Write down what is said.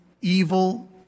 evil